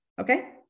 Okay